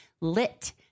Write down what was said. Lit